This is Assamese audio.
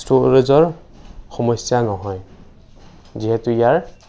ষ্ট'ৰেজৰ সমস্যা নহয় যিহেতু ইয়াৰ